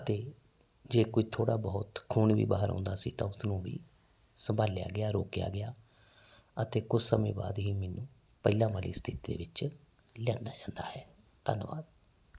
ਅਤੇ ਜੇ ਕੋਈ ਥੋੜਾ ਬਹੁਤ ਖੂਨ ਵੀ ਬਾਹਰ ਆਉਂਦਾ ਸੀ ਤਾਂ ਉਸਨੂੰ ਵੀ ਸੰਭਾਲਿਆ ਗਿਆ ਰੋਕਿਆ ਗਿਆ ਅਤੇ ਕੁਝ ਸਮੇਂ ਬਾਅਦ ਹੀ ਮੈਨੂੰ ਪਹਿਲਾਂ ਵਾਲੀ ਸਥਿਤੀ ਦੇ ਵਿੱਚ ਲਿਆਂਦਾ ਜਾਂਦਾ ਹੈ ਧੰਨਵਾਦ